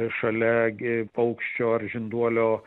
šalia paukščio ar žinduolio